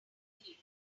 continue